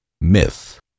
Myth